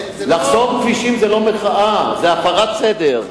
לחסום כבישים זה לא מחאה, זה הפרת סדר.